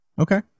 Okay